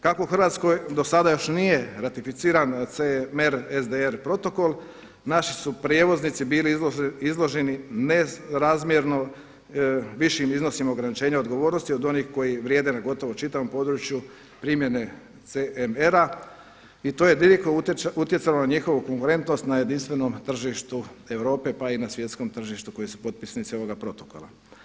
Kako u Hrvatskoj do sada nije ratificiran CMER SDR protokol naši su prijevoznici bili izloženi nerazmjerno višim iznosima ograničenja odgovornosti od onih koji vrijede na gotovo čitavom području primjene SMR-a i to je direktno utjecalo na njihovu konkurentnost na jedinstvenom tržištu Europe, pa i na svjetskom tržištu koji su potpisnici ovoga protokola.